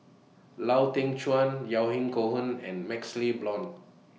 Lau Teng Chuan Yahya Cohen and MaxLe Blond